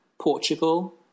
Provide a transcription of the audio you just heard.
Portugal